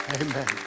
Amen